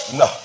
no